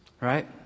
right